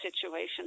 situation